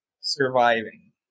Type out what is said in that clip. surviving